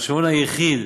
המחשבון היחיד